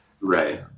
right